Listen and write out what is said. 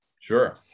sure